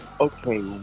Okay